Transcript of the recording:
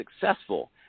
successful